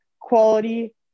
quality